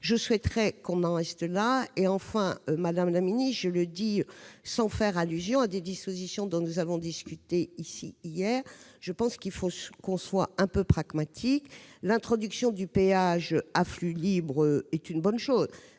je souhaiterais qu'on en reste là. Madame la ministre- je le dis sans faire allusion à des dispositions dont nous avons débattu hier -, il faut que nous soyons pragmatiques. L'introduction du péage à flux libre est une bonne chose,